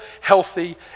healthy